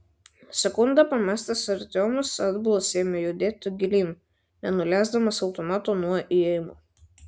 sekundę pamąstęs artiomas atbulas ėmė judėti gilyn nenuleisdamas automato nuo įėjimo